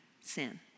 sin